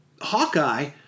Hawkeye